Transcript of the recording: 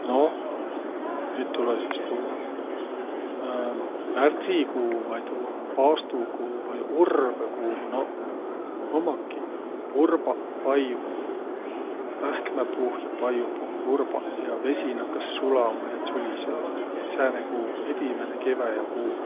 Noh, nüüd tulõ sis tuu märdsikuu vai tuu paastukuu vai urbõkuu noq. Ummaki urbaq paiuh. Pähkmäpuuh ja paiupuuh urbaq ja vesi nakkas sulama ja tsulisõma ja. Sääne kuu, edimäne keväjäkuu.